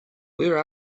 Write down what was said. where